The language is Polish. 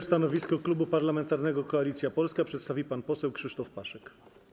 Stanowisko Klubu Parlamentarnego Koalicja Polska przedstawi pan poseł Krzysztof Paszyk.